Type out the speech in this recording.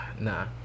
nah